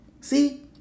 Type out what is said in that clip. See